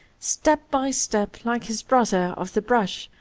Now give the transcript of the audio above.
step by step, like his brother of the brush,